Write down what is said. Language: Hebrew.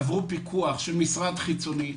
עברו פיקוח של משרד חיצוני,